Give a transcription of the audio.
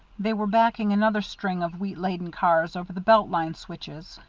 they were backing another string of wheat-laden cars over the belt line switches.